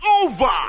over